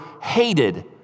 hated